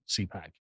CPAC